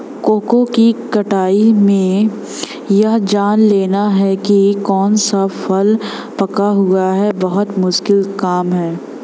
cocoa की कटाई में यह जान लेना की कौन सा फल पका हुआ है बहुत मुश्किल काम है